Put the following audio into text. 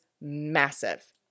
massive